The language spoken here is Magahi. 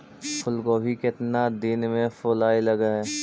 फुलगोभी केतना दिन में फुलाइ लग है?